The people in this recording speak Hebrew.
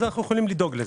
אנו יכולים לדאוג לזה.